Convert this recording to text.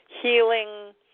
healing